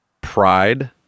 pride